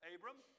Abram